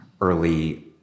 early